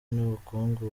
n’ubukungu